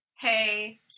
Hey